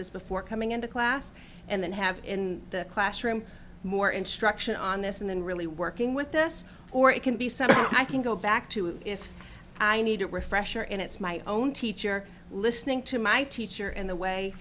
this before coming into class and then have in the classroom more instruction on this and then really working with this or it can be said i can go back to if i need a refresher in it's my own teacher listening to my teacher in the way